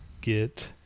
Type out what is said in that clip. get